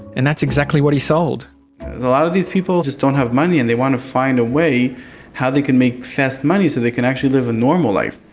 and that's exactly what he sold. a lot of these people just don't have money and they want to find a way how they can make fast money so they actually live a normal life.